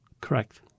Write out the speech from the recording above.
Correct